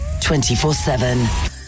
24-7